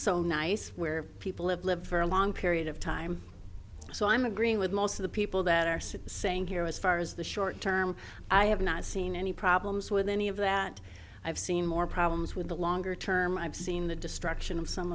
so nice where people have lived for a long period of time so i'm agreeing with most of the people that are said saying here as far as the short term i have not seen any problems with any of that i've seen more problems with the longer term i've seen the destruction of some